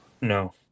No